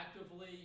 actively